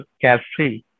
carefree